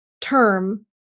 term